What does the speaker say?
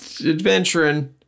adventuring